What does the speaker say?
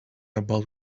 about